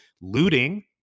looting